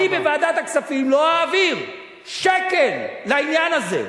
אני בוועדת הכספים לא אעביר שקל לעניין הזה.